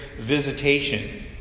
visitation